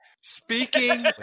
Speaking